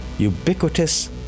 ubiquitous